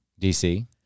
DC